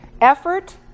Effort